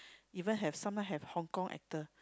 even have someone have Hong Kong actor